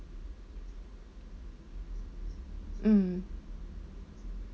mm